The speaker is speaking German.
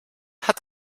hat